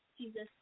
Jesus